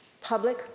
Public